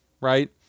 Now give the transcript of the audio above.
right